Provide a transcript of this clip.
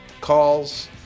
calls